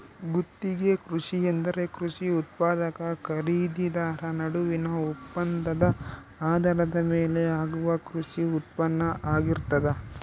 ಗುತ್ತಿಗೆ ಕೃಷಿ ಎಂದರೆ ಕೃಷಿ ಉತ್ಪಾದಕ ಖರೀದಿದಾರ ನಡುವಿನ ಒಪ್ಪಂದದ ಆಧಾರದ ಮೇಲೆ ಆಗುವ ಕೃಷಿ ಉತ್ಪಾನ್ನ ಆಗಿರ್ತದ